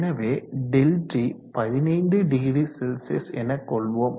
எனவே ΔT 150C எனக்கொள்வோம்